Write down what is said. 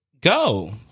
go